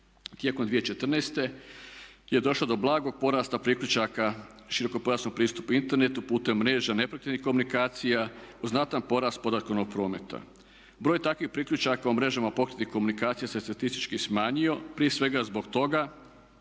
Tijekom 2014.je došlo do blagog porasta priključaka širokopojasnog pristupa internetu putem mreža neprekidnih komunikacija uz znatan porast podatkovnog prometa. Broj takvih priključaka u mrežama pokretnih komunikacija se statistički smanjio prije svega zbog toga